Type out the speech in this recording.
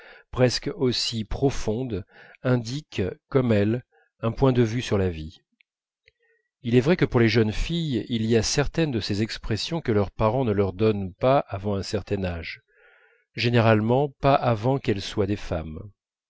presque aussi profondes indiquent comme elle un point de vue sur la vie il est vrai que pour les jeunes filles il y a certaines de ces expressions que leurs parents ne leur donnent pas avant un certain âge généralement pas avant qu'elles soient des femmes